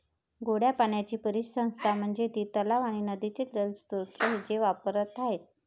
गोड्या पाण्याची परिसंस्था म्हणजे ती तलाव आणि नदीचे जलस्रोत जे वापरात आहेत